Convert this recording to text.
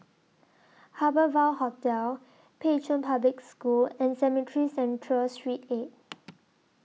Harbour Ville Hotel Pei Chun Public School and Cemetry Central Sreet eight